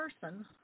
person